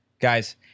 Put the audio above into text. Guys